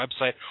website